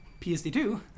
PSD2